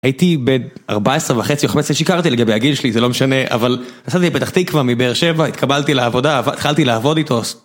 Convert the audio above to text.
הייתי בן 14 וחצי, 15, שיקרתי לגבי הגיל שלי, זה לא משנה, אבל נסעתי מפתח תקווה, מבאר שבע, התקבלתי לעבודה, התחלתי לעבוד איתו...